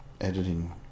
editing